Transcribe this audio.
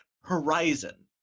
Horizon